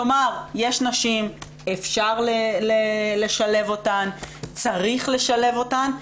כלומר, יש נשים, אפשר לשלב אותן, צריך לשלב אותן.